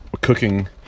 cooking